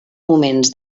moments